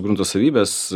grunto savybės